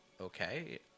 Okay